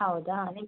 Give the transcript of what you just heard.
ಹೌದಾ ನಿಮ್ಗೆ